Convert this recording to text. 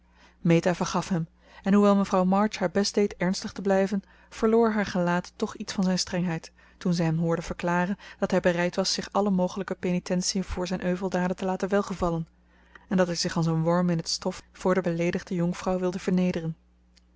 meta vergaf hem en hoewel mevrouw march haar best deed ernstig te blijven verloor haar gelaat toch iets van zijn strengheid toen ze hem hoorde verklaren dat hij bereid was zich alle mogelijke penitentiën voor zijn euveldaden te laten welgevallen en dat hij zich als een worm in het stof voor de beleedigde jonkvrouw wilde vernederen